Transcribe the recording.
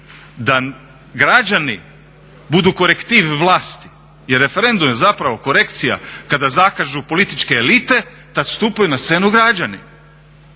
da građani budu korektiv vlasti, jer referendum je zapravo korekcija kada zakažu političke elite tad stupaju na scenu građani,